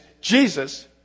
Jesus